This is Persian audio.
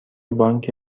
بانک